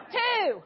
two